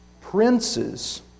Princes